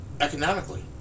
economically